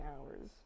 hours